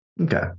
Okay